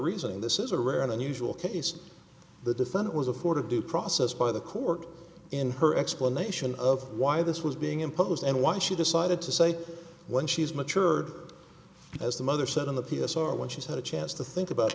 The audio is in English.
reasoning this is a rare and unusual case the defendant was afforded due process by the court in her explanation of why this was being imposed and why she decided to say when she's matured as the mother said in the p s r when she's had a chance to think about